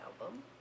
album